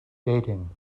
dating